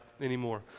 anymore